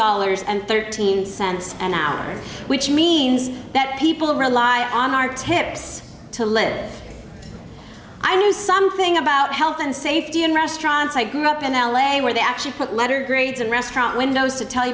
dollars and thirteen cents an hour which means that people rely on our tips to live i knew something about health and safety in restaurants i grew up in l a where they actually put letter grades and restaurant windows to tell you